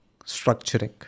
structuring